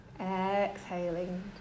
Exhaling